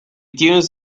dunes